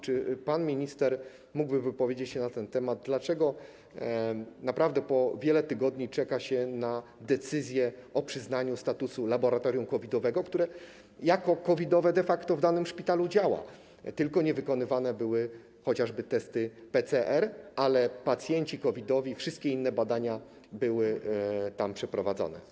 Czy pan minister mógłby wypowiedzieć się na ten temat, dlaczego wiele tygodni czeka się na decyzję o przyznaniu statusu laboratorium COVID-owego, które jako COVID-owe de facto w danym szpitalu działa, tylko niewykonywane były chociażby testy PCR, ale są pacjenci COVID-owi, wszystkie inne badania były tam przeprowadzane?